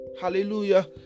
Hallelujah